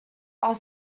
are